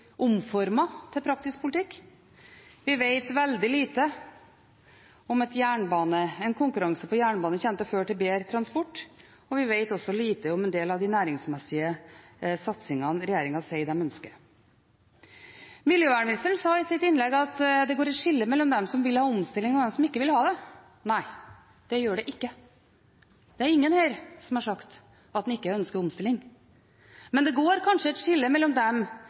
til praktisk politikk. Vi vet veldig lite om hvorvidt konkurranse på jernbane kommer til å føre til bedre transport. Vi vet også lite om en del av de næringsmessige satsingene regjeringen sier de ønsker. Miljøvernministeren sa i sitt innlegg at det går et skille mellom dem som vil ha omstilling, og dem som ikke vil ha det. Nei, det gjør det ikke. Det er ingen her som har sagt at de ikke ønsker omstilling. Men det er kanskje noen som mener at omstillingen må ha et